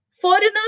Foreigners